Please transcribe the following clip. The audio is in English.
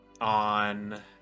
on